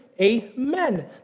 amen